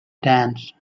dance